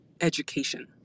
education